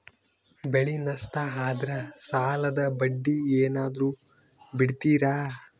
ಬೆಳೆ ನಷ್ಟ ಆದ್ರ ಸಾಲದ ಬಡ್ಡಿ ಏನಾದ್ರು ಬಿಡ್ತಿರಾ?